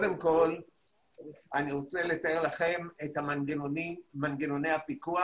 אני רוצה לתאר לכם את מנגנוני הפיקוח